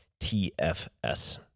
TFS